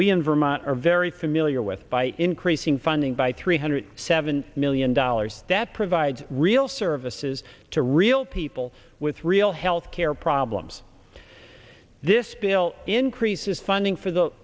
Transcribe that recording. we in vermont are very familiar with by increasing funding by three hundred seven million dollars that provides real services to real people with real health care problems this bill increases funding for the